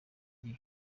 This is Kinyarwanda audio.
gihe